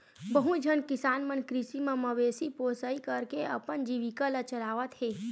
बहुत झन किसान मन कृषि म मवेशी पोसई करके अपन जीविका ल चलावत हे